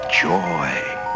joy